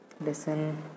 listen